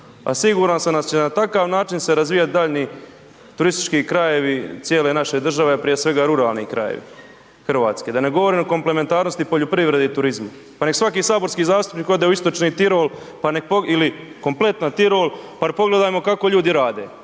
a siguran sam da će na takav način se razvijat daljnji turistički krajevi cijele naše države, prije svega ruralni krajevi Hrvatske. Da ne govorimo o komplementarnosti poljoprivrede i turizma. Pa nek svaki saborski zastupnik ode u Istočni Tirol pa nek ili kompletan Tirol pa pogledajmo kako ljudi rade.